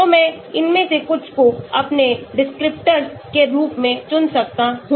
तो मैं इनमें से कुछ को अपने descriptors के रूप में चुन सकता हूं